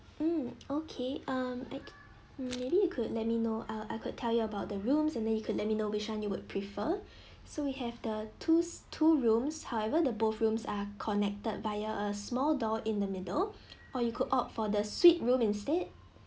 mm okay um I think maybe you could let me know ah I could tell you about the rooms and then you could let me know which one you would prefer so we have the two two rooms however the both rooms are connected via a small door in the middle or you could opt for the suite room instead